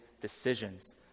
decisions